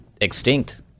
extinct